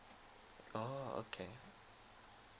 orh okay